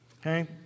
Okay